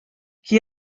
qui